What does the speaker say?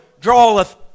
draweth